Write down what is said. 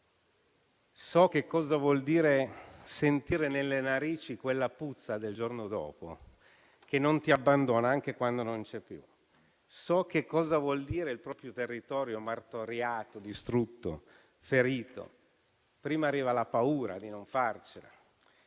So che cosa vuol dire sentire nelle narici quella puzza del giorno dopo, che non ti abbandona anche quando non c'è più. So che cosa vuol dire il proprio territorio martoriato, distrutto, ferito: prima arriva la paura di non farcela,